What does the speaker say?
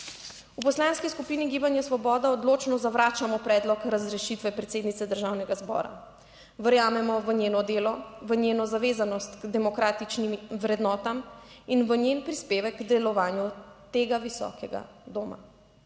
V Poslanski skupini gibanja Svoboda odločno zavračamo predlog razrešitve predsednice Državnega zbora. Verjamemo v njeno delo, v njeno zavezanost k demokratičnim vrednotam in v njen prispevek k delovanju tega visokega doma.